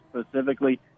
specifically